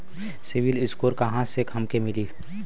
CIBIL score कहाँसे हमके मिली?